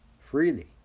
freely